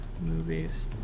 movies